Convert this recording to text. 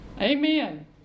Amen